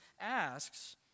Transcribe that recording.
asks